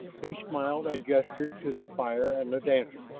he smiled and gestured to the fire and the dancers.